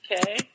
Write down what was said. okay